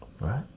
right